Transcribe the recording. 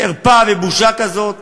חרפה ובושה, כזאת